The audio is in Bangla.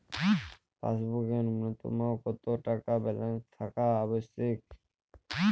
পাসবুকে ন্যুনতম কত টাকা ব্যালেন্স থাকা আবশ্যিক?